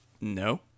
No